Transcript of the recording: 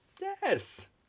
yes